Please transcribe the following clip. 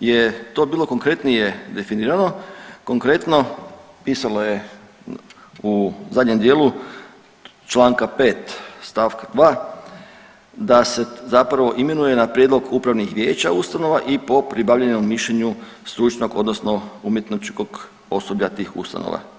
je to bilo konkretnije definirano, konkretno pisalo je u zadnjem dijelu Članka 5. stavka 2. da se zapravo imenuje na prijedlog upravnih vijeća ustanova i po pribavljenom mišljenju stručnog odnosno umjetničkog osoblja tih ustanova.